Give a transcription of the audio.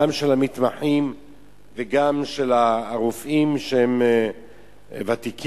גם של המתמחים וגם של הרופאים הוותיקים.